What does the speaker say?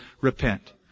repent